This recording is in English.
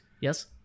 Yes